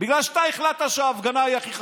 בגלל שאתה החלטת שההפגנה היא הכי חשובה.